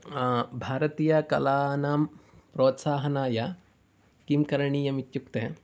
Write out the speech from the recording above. भारतीयकलानां प्रोत्साहनाय किं करणीयम् इत्युक्ते